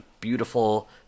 beautiful